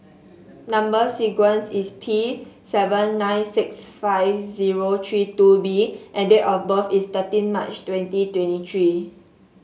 number sequence is T seven nine six five zero three two B and date of birth is thirteen March twenty twenty three